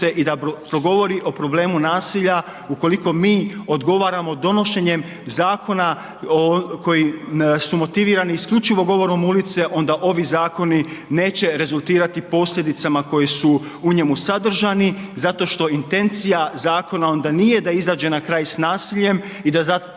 i da progovori o problemu nasilja ukoliko mi odgovaramo donošenjem zakona koji su motivirani isključivo govorom ulice onda ovi zakoni neće rezultirati posljedicama koje su u njemu sadržani zato što intencija zakona onda nije da izađe na kraj s nasiljem i da